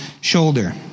shoulder